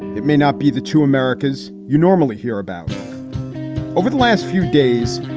it may not be the two americas you normally hear about over the last few days.